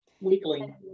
Weekly